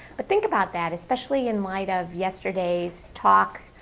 but think about that, especially in light of yesterday's talk,